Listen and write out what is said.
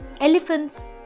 elephants